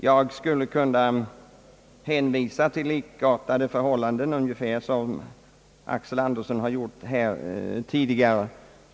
Jag skulle därvid kunnat hänvisa till ungefär likartade förhållanden som herr Axel Andersson här berört.